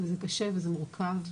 וזה קשה וזה מורכב,